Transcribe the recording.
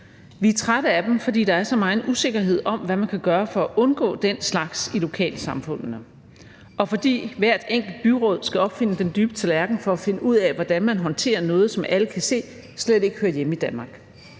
Vi er trætte af dem, fordi der er så megen usikkerhed om, hvad man kan gøre for at undgå den slags i lokalsamfundene, og fordi hvert enkelt byråd skal opfinde den dybe tallerken for at finde ud af, hvordan man håndterer noget, som alle kan se slet ikke hører hjemme i Danmark.